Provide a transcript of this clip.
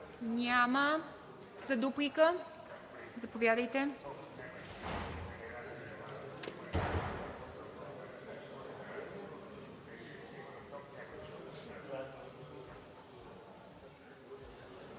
Няма. За дуплика – заповядайте.